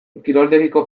kiroldegiko